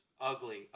ugly